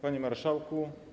Panie Marszałku!